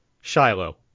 Shiloh